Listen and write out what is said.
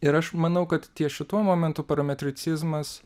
ir aš manau kad ties šituo momentu parametricizmas